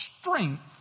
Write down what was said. strength